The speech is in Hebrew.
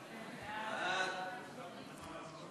סעיפים 1 4 נתקבלו.